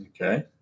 Okay